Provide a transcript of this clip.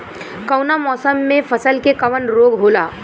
कवना मौसम मे फसल के कवन रोग होला?